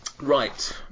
Right